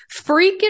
freaking